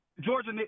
Georgia